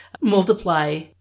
multiply